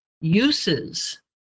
uses